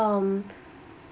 um